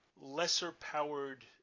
lesser-powered